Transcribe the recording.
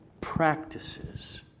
practices